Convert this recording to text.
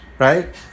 Right